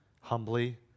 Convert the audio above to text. humbly